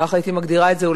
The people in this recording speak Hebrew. כך הייתי מגדירה את זה,